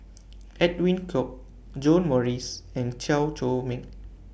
Edwin Koek John Morrice and Chew Chor Meng